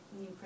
New